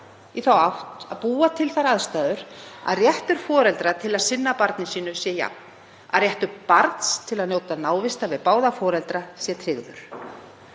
í þá átt að búa til þær aðstæður að réttur foreldra til að sinna barni sínu sé jafn, að réttur barns til að njóta samvista við báða foreldra sé tryggður.